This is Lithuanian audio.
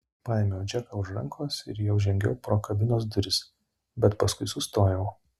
paėmiau džeką už rankos ir jau žengiau pro kabinos duris bet paskui sustojau